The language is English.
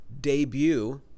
debut